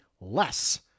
less